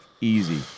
easy